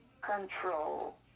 control